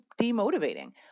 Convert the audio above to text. demotivating